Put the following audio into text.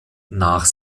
nach